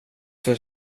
för